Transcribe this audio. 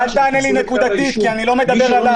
אל תענה לי נקודתית כי אני לא מדבר עלי.